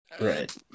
right